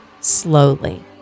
slowly